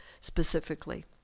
specifically